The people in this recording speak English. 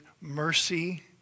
mercy